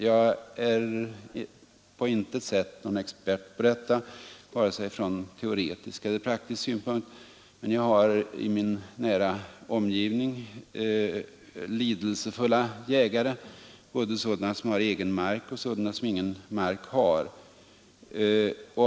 Jag är på intet sätt någon expert på detta, vare sig teoretiskt eller praktiskt. Men jag har i min nära omgivning lidelsefulla jägare, både sådana som har mark och sådana som ingen mark har.